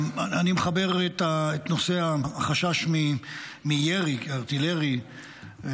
אני מחבר את נושא החשש מירי ארטילרי,